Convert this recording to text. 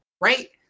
right